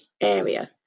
area